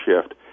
shift